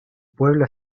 pueblo